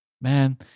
Man